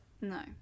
No